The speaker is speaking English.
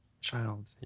child